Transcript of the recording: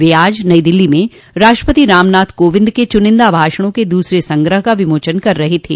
वे आज नई दिल्ली में राष्ट्रपति रामनाथ कोविंद के चूनिन्दा भाषणों के दूसरे संग्रह का विमोचन कर रहे थे